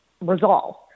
resolve